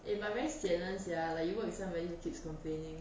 eh but very sian [one] sia you work with somebody keeps complaining